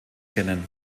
kennen